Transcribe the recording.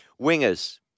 Wingers